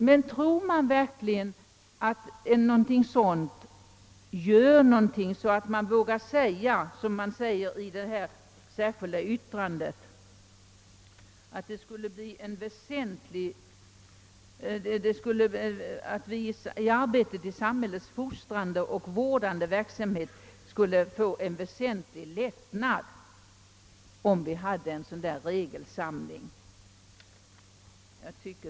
Men tror man verkligen att detta skulle göra någon nytta så att man vågar säga som man gör i det särskilda yttrandet, att vi i »arbetet i samhällets fostrande och vårdande verksamhet» skulle få en väsentlig lättnad, om vi hade en sådan regelsamling?